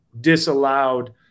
disallowed